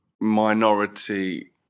minority